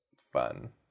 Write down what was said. fun